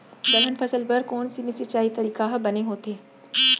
दलहन फसल बर कोन सीमित सिंचाई तरीका ह बने होथे?